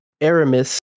Aramis